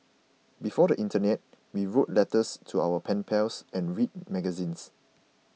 before the internet we wrote letters to our pen pals and read magazines